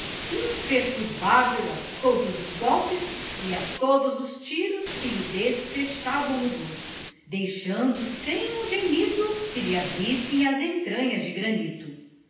desprezo imperturbável a todos os golpes e a todos os tiros que lhe desfechavam no dorso deixando sem um gemido que lhe abrissem as entranhas de granito